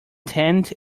tent